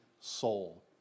soul